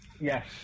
Yes